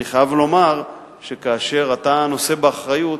אני חייב לומר שכאשר אתה נושא באחריות,